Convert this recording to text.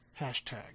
Hashtag